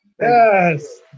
Yes